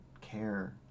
care